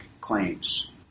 claims